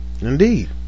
Indeed